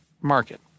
market